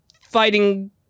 fighting